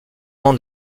dans